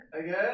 Again